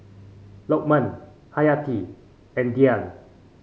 Lukman Haryati and Dian